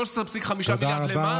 13.5 מיליארד למה?